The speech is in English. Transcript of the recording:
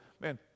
Man